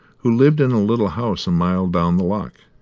who lived in a little house a mile down the loch,